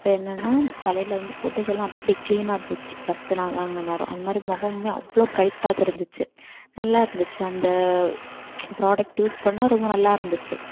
அப்போ என்னென்னா தலையில் வந்து பொடுகெல்லாம் அப்படி க்ளீனாக போச்சு ஃபர்ஸ்டு நான் வாங்கின நேரம் அந்தமாதிரி முகமுமே அவ்வளோ ப்ரைட்டாக தெரிஞ்சிச்சு நல்லா இருந்துச்சு அந்த ப்ராடக்ட் யூஸ் பண்ணால் ரொம்ப நல்லா இருந்துச்சு